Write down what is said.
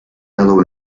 yellow